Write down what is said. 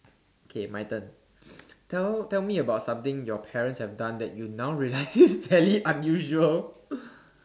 okay my turn tell tell me about something your parents have done that you now realise it's vey unusual